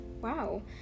wow